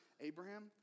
Abraham